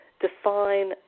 define